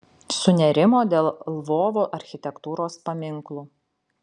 sunerimo dėl lvovo architektūros paminklų